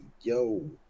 yo